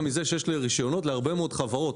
מזה שיש רישיונות להרבה מאוד חברות.